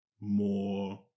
more